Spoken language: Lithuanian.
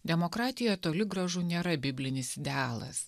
demokratija toli gražu nėra biblinis idealas